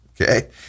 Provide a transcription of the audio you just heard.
Okay